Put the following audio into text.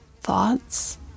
thoughts